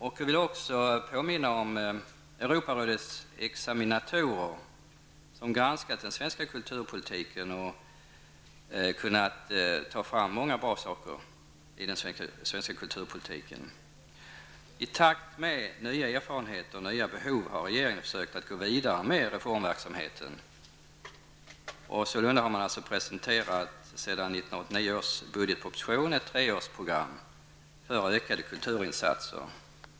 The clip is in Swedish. Jag vill också påminna om att Europarådets examinatorer granskat den svenska kulturpolitiken och kunnat peka på många bra saker i den. I takt med nya erfarenheter och nya behov har regeringen försökt gå vidare med reformverksamheten. Sålunda har man presenterat sedan 1989 års budgetproposition ett treårsprogram för ökade kulturinsatser.